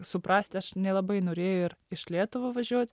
suprast aš nelabai norėjau ir iš lietuvą važiuot